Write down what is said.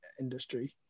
industry